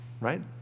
right